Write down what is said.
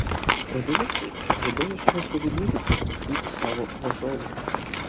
vadinasi kgb ieškos galimybių padraskyti savo varžovą